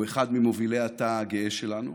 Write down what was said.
הוא אחד ממובילי התא הגאה שלנו.